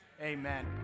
Amen